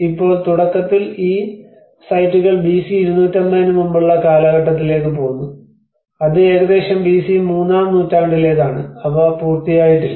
ഇപ്പോൾ തുടക്കത്തിൽ ഈ സൈറ്റുകൾ ബിസി 250 ന് മുമ്പുള്ള കാലഘട്ടത്തിലേക്ക് പോകുന്നു അത് ഏകദേശം ബിസി മൂന്നാം നൂറ്റാണ്ടിലേതാണ് അവ പൂർത്തിയായിട്ടില്ല